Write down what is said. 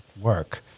work